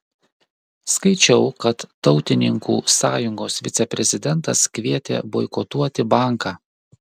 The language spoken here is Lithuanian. skaičiau kad tautininkų sąjungos viceprezidentas kvietė boikotuoti banką